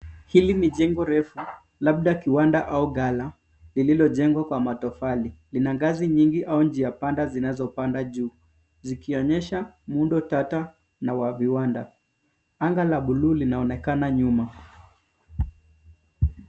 Hili ni jengo refu, labda kiwanda au ghala lililojengwa kwa matofali. Lina ngazi nyingi au njia panda zinazopanda juu zikionyesha miundo tata na wa viwanda. Anga la buluu linaonekana nyuma.